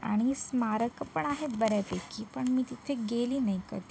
आणि स्मारकं पण आहेत बऱ्यापैकी पण मी तिथे गेले नाही कधी